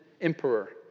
emperor